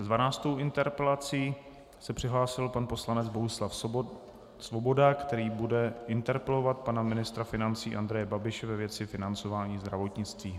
S dvanáctou interpelací se přihlásil pan poslanec Bohuslav Svoboda, který bude interpelovat pana ministra financí Andreje Babiše ve věci financování zdravotnictví.